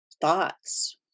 Thoughts